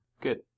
Good